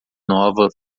nova